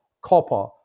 copper